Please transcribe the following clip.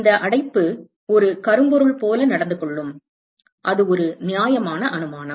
இந்த அடைப்பு ஒரு கரும்பொருள் போல நடந்துகொள்ளும் அது ஒரு நியாயமான அனுமானம்